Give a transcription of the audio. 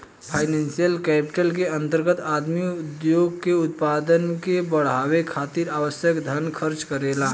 financial capital के अंतर्गत आदमी उद्योग के उत्पादन के बढ़ावे खातिर आवश्यक धन खर्च करेला